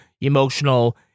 emotional